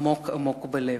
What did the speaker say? עמוק עמוק בלב.